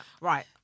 right